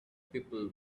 people